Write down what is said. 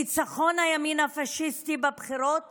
ניצחון הימין הפשיסטי בבחירות